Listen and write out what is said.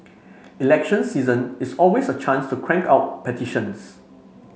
election season is always a chance crank out petitions